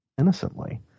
innocently